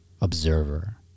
observer